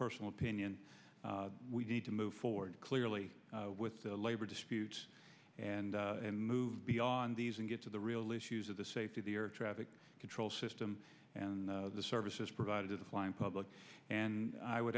personal opinion we need to move forward clearly with the labor dispute and move beyond these and get to the real issues of the safety of the air traffic control system and the services provided to the flying public and i would